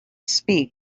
speak